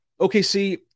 OKC